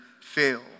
fail